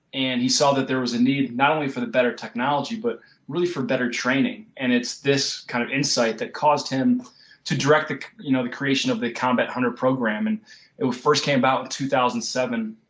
and he saw that there was a need not only for the better technology but really for better training and it's this kind of insight that caused him to direct the you know the creation of the combat hunter program and it first came about in two thousand and seven,